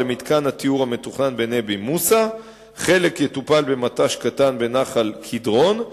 ובשלב שני ייבנה מכון נוסף באתר לקליטת שופכי הקדרון.